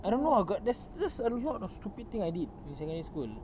I don't know ah got there's just a lot of stupid thing I did in secondary school